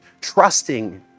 trusting